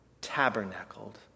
tabernacled